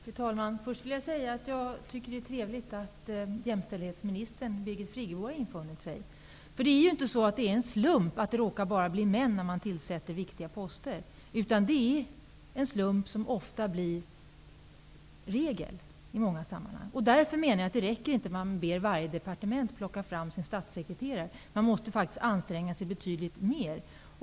Fru talman! Först vill jag säga att jag tycker att det är trevligt att jämställdhetsminister Birgit Friggebo har infunnit sig. Det är inte enbart en slump att det bara råkar bli män vid tillsättande av viktiga poster. I så fall är det i många sammanhang en slump som ofta blir regel. Därför räcker det inte att be varje departement att plocka fram sin statssekreterare, utan man måste faktiskt anstränga sig betydligt mer.